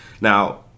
Now